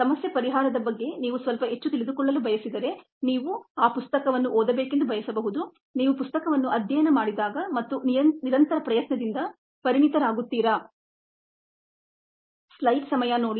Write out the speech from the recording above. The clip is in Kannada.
ಸಮಸ್ಯೆ ಪರಿಹಾರದ ಬಗ್ಗೆ ನೀವು ಸ್ವಲ್ಪ ಹೆಚ್ಚು ತಿಳಿದುಕೊಳ್ಳಲು ಬಯಸಿದರೆ ನೀವು ಆ ಪುಸ್ತಕವನ್ನು ಓದಬೇಕು ನೀವು ಪುಸ್ತಕವನ್ನು ಅಧ್ಯಯನ ಮಾಡಿದಾಗ ಮತ್ತು ನಿರಂತರ ಪ್ರಯತ್ನದಿಂದ ಪರಿಣತರಾಗುತ್ತೀರಾ